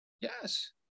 Yes